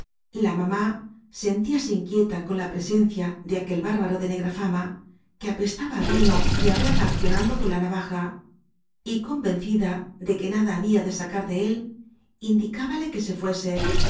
la mamá sentíase inquieta con la presencia de aquel bárbaro de negra fama que apéstaba á vino y hablaba accionando con la navaja y convencida de que nada había de sacar de él indicábale que se fuese pero